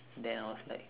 then I was like